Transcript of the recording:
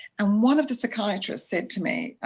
and one of the psychiatrists said to me,